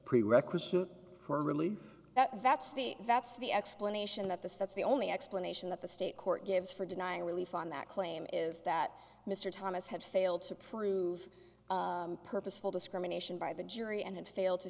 prerequisite for relief that that's the that's the explanation that the that's the only explanation that the state court gives for denying relief on that claim is that mr thomas had failed to prove purposeful discrimination by the jury and failed to